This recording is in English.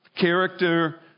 character